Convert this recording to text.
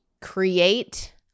create